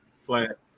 flat